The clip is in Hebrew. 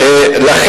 אבל,